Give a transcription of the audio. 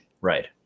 right